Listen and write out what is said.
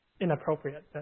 inappropriate